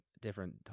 different